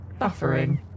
Buffering